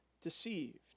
deceived